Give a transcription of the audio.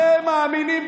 אתם מאמינים,